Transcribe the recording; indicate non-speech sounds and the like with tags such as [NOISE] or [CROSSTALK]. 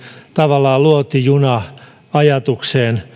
tavallaan luotijuna ajatukseen [UNINTELLIGIBLE]